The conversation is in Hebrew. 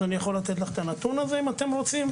אז אני יכול לתת לך את הנתון הזה אם אתם רוצים.